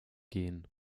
gehen